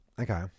Okay